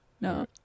No